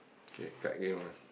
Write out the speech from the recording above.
okay cut again with